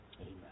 amen